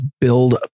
build